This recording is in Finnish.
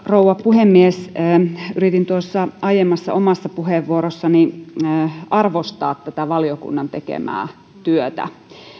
rouva puhemies yritin tuossa aiemmassa omassa puheenvuorossani arvostaa tätä valiokunnan tekemää työtä